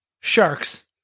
Sharks